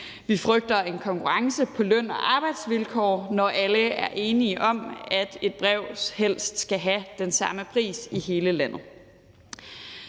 Vi frygter en konkurrence på løn og arbejdsvilkår, når alle er enige om, at et brev helst skal have den samme pris i hele landet.